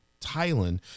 Thailand